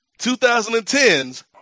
2010's